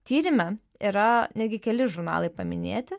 tyrime yra netgi keli žurnalai paminėti